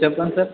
చెప్పండి సార్